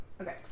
okay